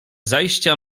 zajścia